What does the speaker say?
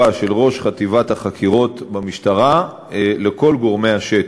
של ראש חטיבת החקירות במשטרה לכל גורמי השטח.